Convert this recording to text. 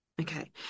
Okay